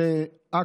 בעכו,